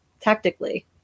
tactically